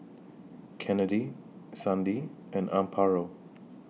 Kennedi Sandi and Amparo